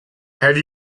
have